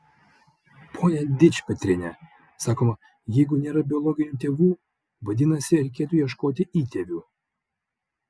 pone dičpetriene sakoma jeigu nėra biologinių tėvų vadinasi reikėtų ieškoti įtėvių